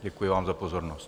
Děkuji vám za pozornost.